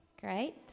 Great